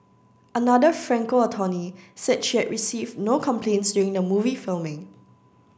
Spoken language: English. another Franco attorney said she had received no complaints during the movie filming